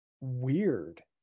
weird